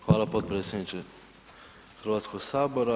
Hvala potpredsjedniče Hrvatskog sabora.